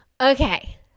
Okay